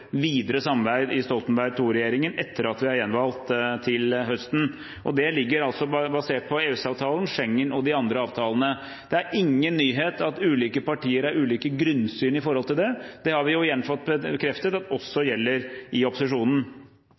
videre samarbeid i Stoltenberg II-regjeringen, etter at vi er gjenvalgt til høsten. Det ligger – basert på EØS-avtalen, Schengen og de andre avtalene. Det er ingen nyhet at ulike partier har ulike grunnsyn i forhold til det. Det har vi igjen fått bekreftet også gjelder i opposisjonen.